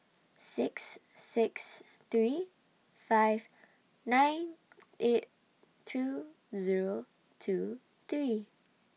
six six three five nine eight two Zero two three